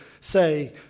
say